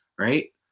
right